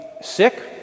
sick